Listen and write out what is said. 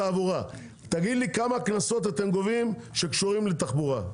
תגיד לי כמה קנסות אתם גובים שקשורים לתחבורה.